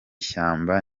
shyamba